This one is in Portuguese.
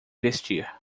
vestir